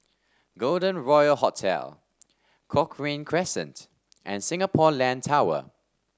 Golden Royal Hotel Cochrane Crescent and Singapore Land Tower